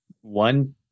one